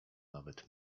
nawet